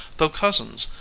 though cousins,